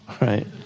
Right